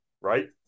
Right